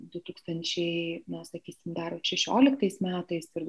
du tūkstančiai na sakysim dar šešioliktais metais ir